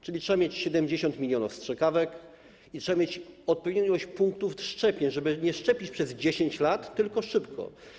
Czyli trzeba mieć 70 mln strzykawek i trzeba mieć odpowiednią ilość punktów szczepień, żeby nie szczepić przez 10 lat, tylko szybko.